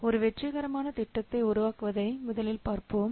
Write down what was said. ஒரு வெற்றிகரமான திட்டத்தை உருவாக்குவதை முதலில் பார்ப்போம்